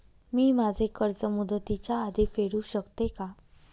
मी माझे कर्ज मुदतीच्या आधी फेडू शकते का?